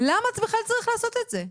למה בכלל צריך לעשות את זה?